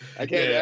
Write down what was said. okay